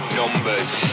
numbers